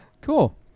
Cool